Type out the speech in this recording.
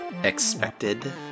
expected